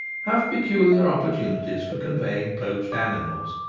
have peculiar opportu nities for conveying poached animals,